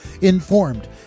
informed